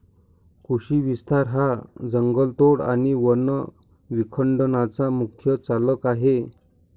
कृषी विस्तार हा जंगलतोड आणि वन विखंडनाचा मुख्य चालक आहे